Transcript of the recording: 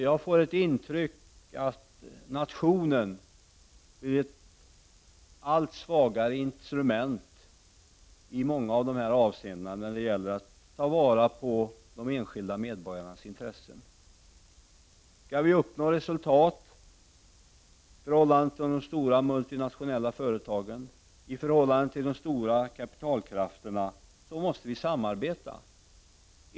Jag får intrycket att nationen i många avseenden är ett allt svagare instrument när det gäller att ta vara på de enskilda medborgarnas intressen. Skall vi kunna uppnå resultat i förhållande till de stora multinationella företagen och de stora kapitalkrafterna måste vi samarbeta.